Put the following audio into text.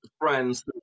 friends